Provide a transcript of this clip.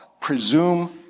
presume